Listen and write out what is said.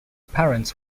parents